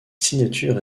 signature